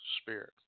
spirit